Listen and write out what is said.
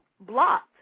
blocked